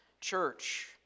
church